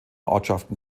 ortschaften